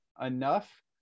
enough